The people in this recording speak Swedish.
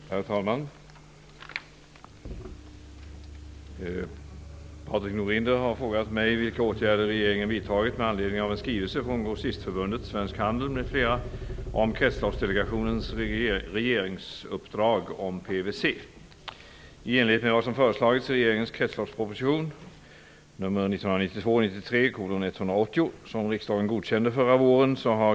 Herr talman! Patrik Norinder har frågat mig vilka åtgärder regeringen vidtagit med anledning av en skrivelse från Grossistförbundet Svensk Handel m.fl. om Kretsloppsdelegationens regeringsuppdrag om PVC.